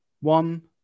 one